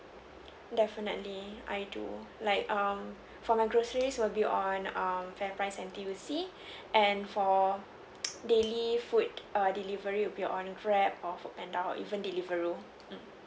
definitely I do like um for my groceries will be on um Fairprice N_T_U_C and for daily food err delivery would be of Grab or FoodPanda or even Deliveroo um